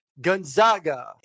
Gonzaga